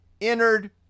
entered